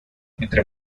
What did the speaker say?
entre